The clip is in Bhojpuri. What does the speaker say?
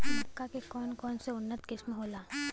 मक्का के कौन कौनसे उन्नत किस्म होला?